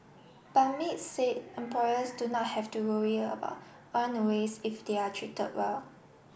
but maids say employers do not have to worry about runaways if they are treated well